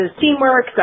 teamwork